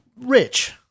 Rich